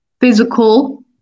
physical